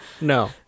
No